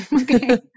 Okay